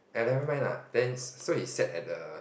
!aiya! never mind lah then so he sat at the